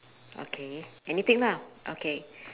okay anything lah okay